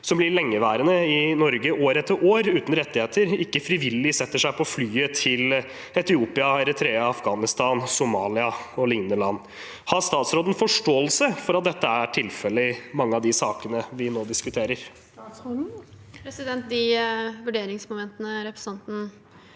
som har vært lengeværende i Norge, år etter år uten rettigheter, ikke frivillig setter seg på flyet til Etiopia, Eritrea, Afghanistan, Somalia og lignende land. Har statsråden forståelse for at dette er tilfellet i mange av de sakene vi nå diskuterer? Statsråd Emilie Mehl De vurderingsmo- mentene representanten